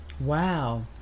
Wow